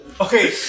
Okay